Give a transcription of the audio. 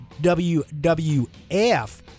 WWF